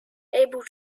able